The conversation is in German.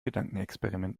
gedankenexperiment